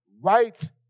right